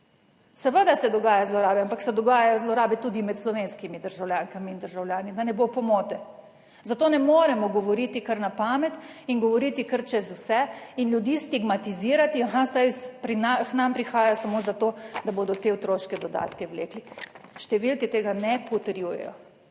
Seveda se dogajajo zlorabe, ampak se dogajajo zlorabe tudi med slovenskimi državljankami in državljani, da ne bo pomote, zato ne moremo govoriti kar na pamet in govoriti kar čez vse in ljudi stigmatizirati, aha, saj k nam prihaja samo zato, da bodo te otroške dodatke vlekli. Številke tega ne potrjujejo.